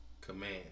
command